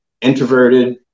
introverted